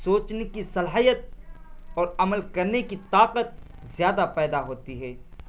سوچنے کی صلاحیت اور عمل کرنے کی طاقت زیادہ پیدا ہوتی ہے